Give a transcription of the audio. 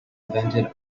invented